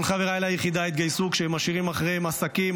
כל חבריי ליחידה התגייסו כשהם משאירים אחריהם עסקים,